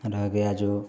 रह गया जो